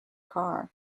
car